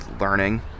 learning